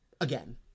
again